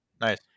nice